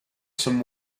some